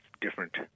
different